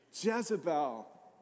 Jezebel